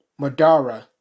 Madara